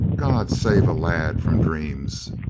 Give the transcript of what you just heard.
god save a lad from dreams!